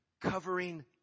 covering